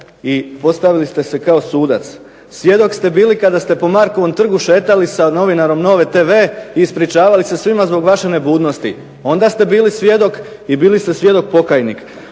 i postavili ste se kao sudac. Svjedok ste bili kada se po Markovom trgu šetali sa novinarom Nove TV i ispričavali se svima zbog vaše nebudnosti. Onda ste bili svjedok i bili ste svjedok pokajnika.